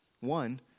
One